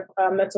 mental